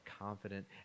confident